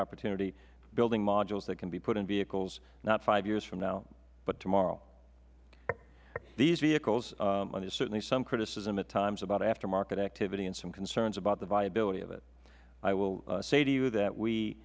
opportunity building modules that can be put in vehicles not five years from now but tomorrow with these vehicles there is certainly some criticism at times about after market activities and concerns about the viability of it i will say to you that we